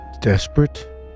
desperate